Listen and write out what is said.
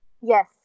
Yes